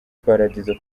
paradizo